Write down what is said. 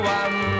one